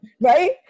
right